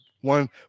one